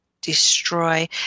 destroy